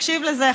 תקשיב לזה,